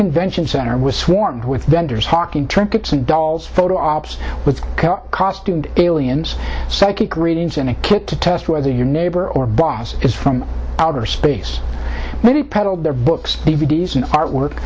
convention center was swarmed with vendors hawking trinkets and dolls photo ops with costumed aliens psychic readings and a kick to test whether your neighbor or boss is from outer space maybe peddled their books d v d s and artwork